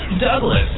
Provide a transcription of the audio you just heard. Douglas